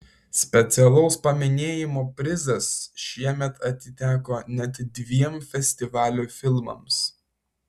specialaus paminėjimo prizas šiemet atiteko net dviem festivalio filmams